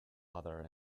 other